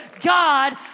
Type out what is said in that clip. God